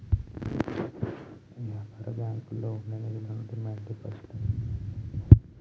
యాపార బ్యాంకుల్లో ఉండే నిధులను డిమాండ్ డిపాజిట్ అని పిలుత్తాండ్రు